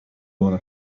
gonna